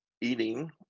eating